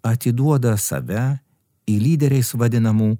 atiduoda save į lyderiais vadinamų